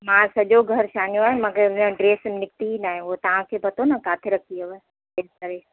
मां सॼो घरु छानयो आहे मांखे उहा ड्रेस निकिती न आहे उहा तव्हांखे पतो न किथे रखी हुअव प्रेस करे